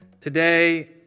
Today